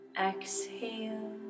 exhale